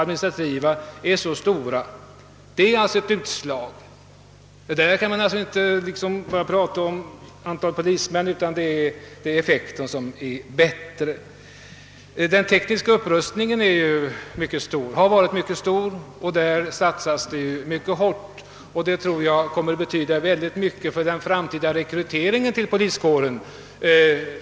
Man skall inte heller bara tala om antalet polismän, utan det är hela effekten som blivit bättre. Den tekniska upprustningen har sålunda varit mycket stark, och där satsas det mycket hårt. Det tror jag också kommer att betyda oerhört mycket för den framtida rekryteringen till poliskåren.